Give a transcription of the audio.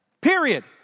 period